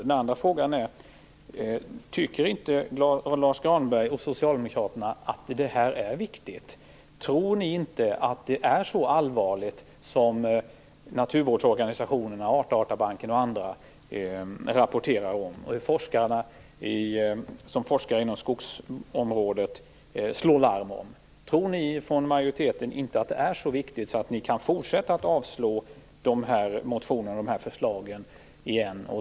Den andra frågan är: Tycker inte Lars Granberg och Socialdemokraterna att det här är viktigt? Tror ni inte att det är så allvarligt som naturvårdsorganisationerna, Artdatabanken och andra rapporterar? Forskare inom skogsområdet slår larm. Tror majoriteten inte att det är så viktigt? Skall ni fortsätta att avslå dessa motioner och förslag?